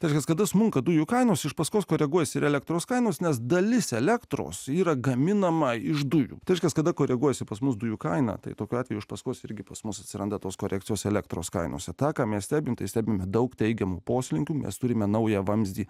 tad kas kada smunka dujų kainos iš paskos koreguos ir elektros kainos nes dalis elektros yra gaminama iš dujų kažkas kada koreguosiu pas mus dujų kainą tai tokiu atveju iš paskos irgi pas mus atsiranda tos korekcijos elektros kainos ataką mes stebime stebime daug teigiamų poslinkių mes turime naują vamzdį